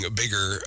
bigger